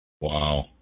Wow